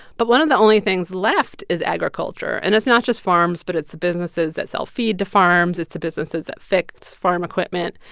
but one of the only things left is agriculture. and it's not just farms, but it's the businesses that sell feed to farms. it's the businesses that fix farm equipment.